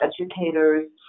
educators